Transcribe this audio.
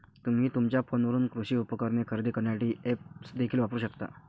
तुम्ही तुमच्या फोनवरून कृषी उपकरणे खरेदी करण्यासाठी ऐप्स देखील वापरू शकता